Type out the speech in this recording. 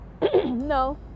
No